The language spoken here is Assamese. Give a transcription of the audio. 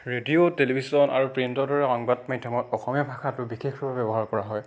ৰেডিঅ' টেলিভিশ্যন আৰু প্ৰিণ্টৰ দৰে সংবাদ মাধ্যমত অসমীয়া ভাষাটো বিশেষভাৱে ব্যৱহাৰ কৰা হয়